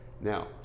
Now